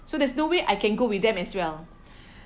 so there's no way I can go with them as well